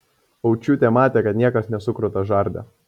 aučiūtė matė kad niekas nesukruta žarde